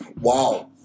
Wow